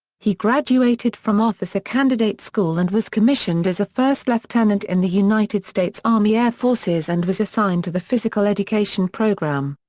he graduated from officer candidate school and was commissioned as a first lieutenant in the united states army air forces and was assigned to the physical education program.